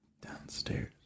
Downstairs